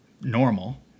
normal